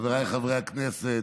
חבריי חברי הכנסת,